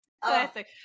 Classic